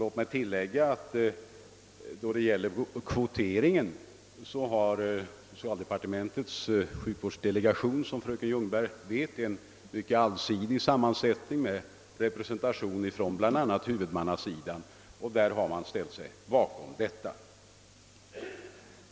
Låt mig tillägga att socialdepartementets sjukvårdsdelegation, såsom fröken Ljungberg vet, har en mycket allsidig sammansättning med representanter för bl.a. huvudmannasidan och att delegationen har ställt sig bakom förslaget beträffande kvotering.